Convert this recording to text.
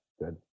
good